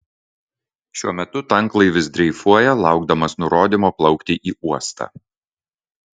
šiuo metu tanklaivis dreifuoja laukdamas nurodymo plaukti į uostą